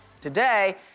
today